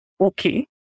okay